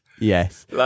Yes